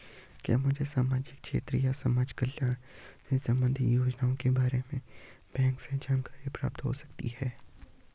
क्या मुझे सामाजिक क्षेत्र या समाजकल्याण से संबंधित योजनाओं के बारे में बैंक से जानकारी प्राप्त हो सकती है?